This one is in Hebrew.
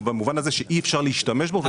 במובן הזה שאי אפשר להשתמש בו ושלא משתמשים בו.